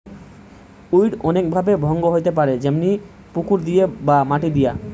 weed অনেক ভাবে ভঙ্গ হইতে পারে যেমনি পুকুর দিয়ে বা মাটি দিয়া